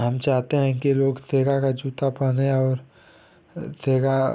हम चाहते हैं कि लोग सेगा का जूता पहनें और सेगा